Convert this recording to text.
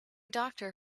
doctor